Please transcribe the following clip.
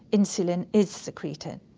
insulin is secreted.